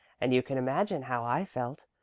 and you can imagine how i felt.